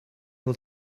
will